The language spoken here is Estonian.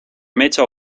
metsa